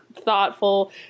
thoughtful